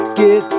get